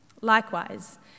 Likewise